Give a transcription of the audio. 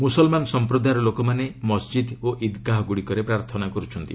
ମ୍ରସଲମାନ୍ ସମ୍ପ୍ରଦାୟର ଲୋକମାନେ ମସ୍ଜିଦ୍ ଓ ଇଦ୍ଗାହଗ୍ରଡ଼ିକରେ ପ୍ରାର୍ଥନା କର୍ଛନ୍ତି